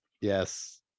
Yes